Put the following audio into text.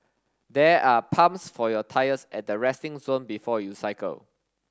there are pumps for your tyres at the resting zone before you cycle